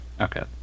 Okay